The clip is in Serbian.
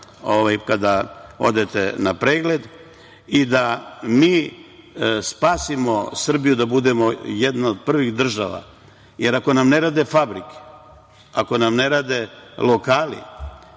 kada odete na pregled. Da spasimo Srbiju, da budemo jedna od prvih država, jer ako nam ne rade fabrike, ako nam ne rade lokali